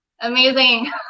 Amazing